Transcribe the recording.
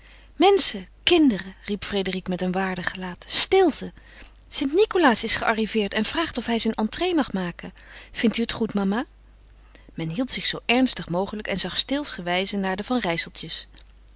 menschen kinderen riep frédérique met een waardig gelaat stilte st nicolaas is gearriveerd en vraagt of hij zijn entrée mag maken vindt u het goed mama men hield zich zoo ernstig mogelijk en zag steelsgewijze naar de van